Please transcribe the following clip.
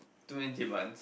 two men